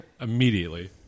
Immediately